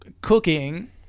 cooking